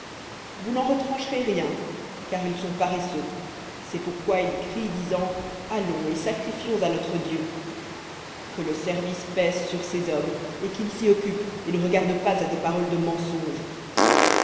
vous n'en retrancherez rien car ils sont paresseux c'est pourquoi ils crient disant allons et sacrifions à notre dieu que le service pèse sur ces hommes et qu'ils s'y occupent et ne regardent pas à des paroles de mensonge